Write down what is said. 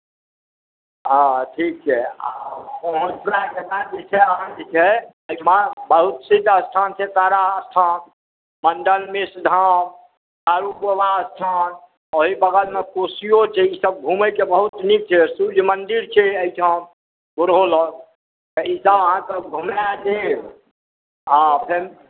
हँ ठीक छै पहुँचलाके बाद जे छै से अहाँ बहुत सिद्ध स्थान छै तारा स्थान मण्डन मिश्र धाम अनुपमा स्थान ओहि बगलमे कोशियो छै ई सभ घुमैके बहुत नीक छै सुर्यमन्दिर छै एहिठाम सीधा अहाँकेँ घुमा देब आ फेर